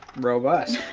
robust.